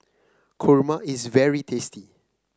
kurma is very tasty